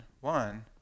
One